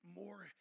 more